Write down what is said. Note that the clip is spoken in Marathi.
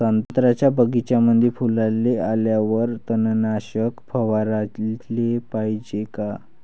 संत्र्याच्या बगीच्यामंदी फुलाले आल्यावर तननाशक फवाराले पायजे का?